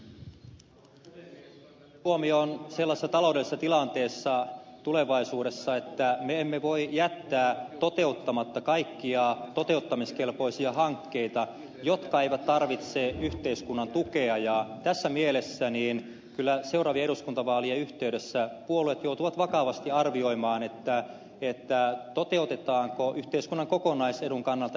ottaisin huomioon sellaisessa taloudellisessa tilanteessa tulevaisuudessa että me emme voi jättää toteuttamatta kaikkia toteuttamiskelpoisia hankkeita jotka eivät tarvitse yhteiskunnan tukea ja tässä mielessä kyllä seuraavien eduskuntavaalien yhteydessä puolueet joutuvat vakavasti arvioimaan toteutetaanko yhteiskunnan kokonaisedun kannalta järkevät pohjoisen vesivoimahankkeet